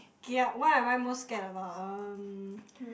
kia what am I most scared about um